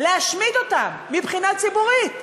להשמיד אותם מבחינה ציבורית.